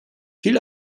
viel